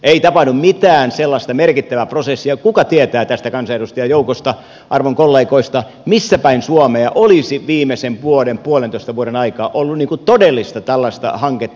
ei tapahdu mitään sellaista merkittävää prosessia ja kuka tietää tästä kansanedustajajoukosta arvon kollegoista missä päin suomea olisi viimeisen vuoden puolentoista vuoden aikaan ollut todellista tällaista hanketta